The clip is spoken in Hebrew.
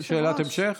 שאלת המשך?